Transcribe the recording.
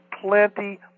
plenty